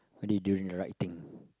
you need to do the right thing